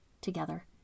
together